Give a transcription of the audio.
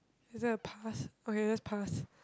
is there a pass okay let's pass